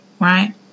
right